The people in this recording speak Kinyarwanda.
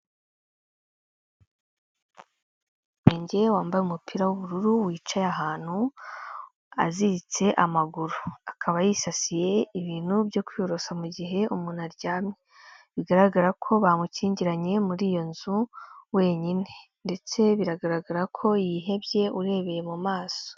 Ninge wambaye umupira w'ubururu wicaye ahantu aziritse amaguru, akaba yisasiye ibintu byo kwiyorosa mugihe umuntu aryamye, bigaragara ko bamukingiranye muri iyo nzu wenyine ndetse biragaragara ko yihebye urebeye mu maso.